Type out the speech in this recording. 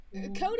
Cody